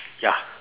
ya